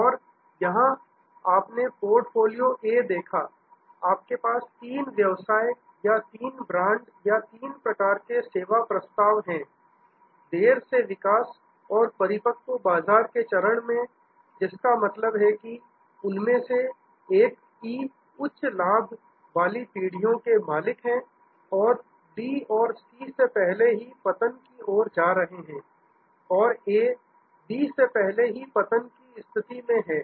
और यहां आपने पोर्टफोलियो ए देखा आपके पास तीन व्यवसाय या तीन ब्रांड या तीन प्रकार के सेवा प्रस्ताव हैं देर से विकास और परिपक्व बाजार के चरण में जिसका मतलब है कि उनमें से एक ई उच्च लाभ वाली पीढ़ियों के मालिक हैं और डी और सी पहले से ही पतन की ओर जा रहे हैं और ए बी पहले से ही पतन की स्थिति में हैं